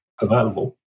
available